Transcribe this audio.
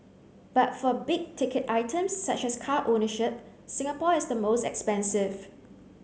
but for big ticket items such as car ownership Singapore is the most expensive